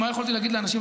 מה יכולתי להגיד לאנשים,